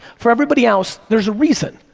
for everybody else, there's a reason.